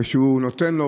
כשהוא נותן לו,